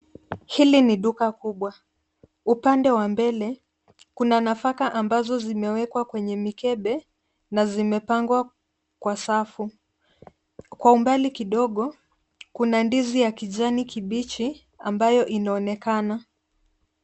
Hili ni duka kubwa, upande wa mbele kuna nafaka ambazo zimewekwa kwenye mikebe, na zimepangwa kwa safu. Kwa umbali kidogo kuna ndizi ya kijani kibichi, ambayo inaonekana.